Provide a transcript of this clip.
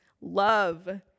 love